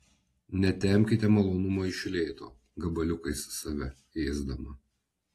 netempkite malonumo iš lėto gabaliukais save ėsdama